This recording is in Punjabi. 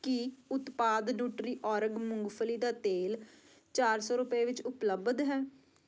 ਕੀ ਉਤਪਾਦ ਡੂਟਰੀ ਔਰਗ ਮੂੰਗਫਲੀ ਦਾ ਤੇਲ ਚਾਰ ਸੌ ਰੁਪਏ ਵਿੱਚ ਉਪਲੱਬਧ ਹੈ